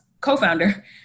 co-founder